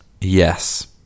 Yes